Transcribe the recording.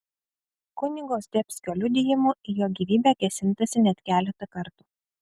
kunigo zdebskio liudijimu į jo gyvybę kėsintasi net keletą kartų